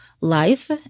life